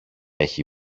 έχει